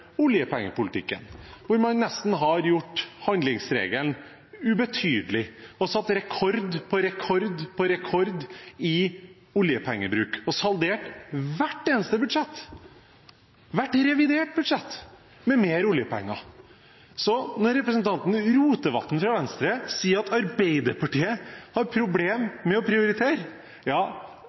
oljepengepolitikken, hvor man nesten har gjort handlingsregelen ubetydelig, satt rekord etter rekord i oljepengebruk og saldert hvert eneste budsjett og hvert reviderte budsjett med mer oljepenger. Når representanten Rotevatn, fra Venstre, sier at Arbeiderpartiet har problemer med å prioritere,